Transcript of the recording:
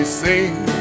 sing